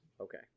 Okay